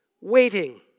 waiting